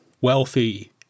wealthy